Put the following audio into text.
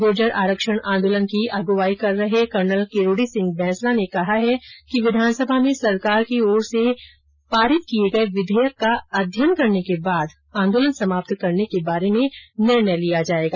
गुर्जर आरक्षण आंदोलन की अगुवाई कर रहे कर्नल किरोड़ी सिंह बैंसला ने कहा है कि विधानसभा में सरकार की ओर से पारित किये गये विधेयक का अध्ययन करने के बाद आंदोलन समाप्त करने पर निर्णय किया जायेगा